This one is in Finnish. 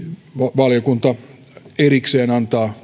valiokunta erikseen antaa